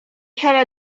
had